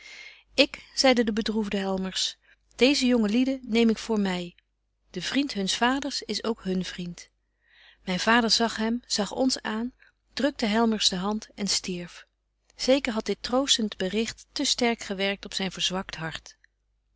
ik zeide de bedroefde helmers deeze jonge lieden neem ik voor my de vriend huns vaders is ook hun vriend myn vader zag hem zag ons aan drukte helmers de hand en stierf zeker hadt dit troostent berigt te sterk gewerkt op zyn verzwakt hart